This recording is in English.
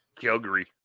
Calgary